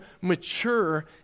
mature